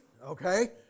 okay